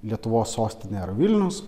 lietuvos sostinė yra vilnius